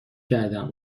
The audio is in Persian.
کردم